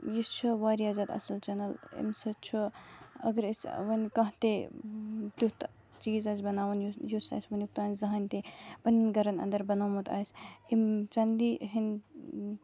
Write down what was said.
یہِ چھِ واریاہ زیادٕ اصل چَنل اَمہِ سۭتۍ چھُ اگرأسۍ وۄنۍ کانہہ تہِ تِیُٛتھ چیز آسہِ بناوُن یُس یُس اَسہِ وٕنیُک تام زانہہ تہِ پَننٮ۪ن گَرَن اندر بَنوومُت آسہِ اَمہِ چَنلہِ ہِندۍ